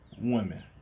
women